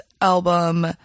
album